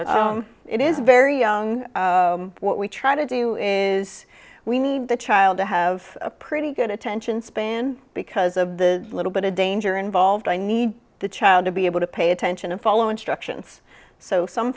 it is very young what we try to do is we need the child to have a pretty good attention span because a little bit of danger involved i need the child to be able to pay attention and follow instructions so some